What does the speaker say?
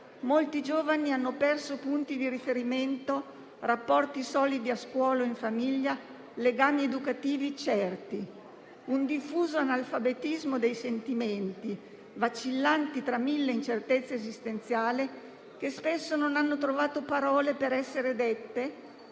molti giovani hanno perso punti di riferimento, rapporti solidi a scuola o in famiglia, legami educativi certi. Un diffuso analfabetismo dei sentimenti, vacillanti tra mille incertezze esistenziali, che spesso non hanno trovato parole per essere dette,